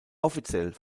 offiziell